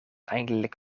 eindelijk